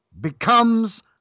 becomes